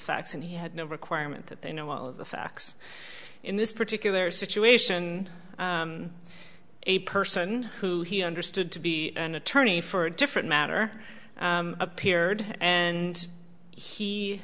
facts and he had no requirement that they know all of the facts in this particular situation a person who he understood to be an attorney for a different matter appeared and he